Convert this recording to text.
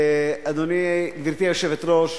גברתי היושבת-ראש,